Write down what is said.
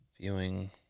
Viewing